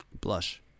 blush